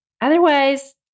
otherwise